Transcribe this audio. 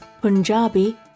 Punjabi